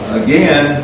again